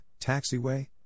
taxiway